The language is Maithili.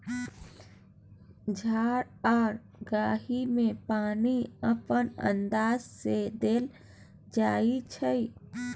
झार आ गाछी मे पानि अपन अंदाज सँ देल जाइ छै